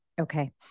Okay